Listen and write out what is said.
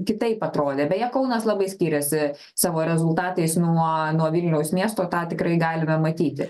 kitaip atrodė beje kaunas labai skiriasi savo rezultatais nuo nuo vilniaus miesto tą tikrai galime matyti